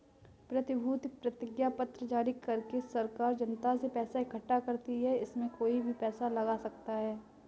प्रतिभूति प्रतिज्ञापत्र जारी करके सरकार जनता से पैसा इकठ्ठा करती है, इसमें कोई भी पैसा लगा सकता है